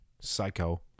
psycho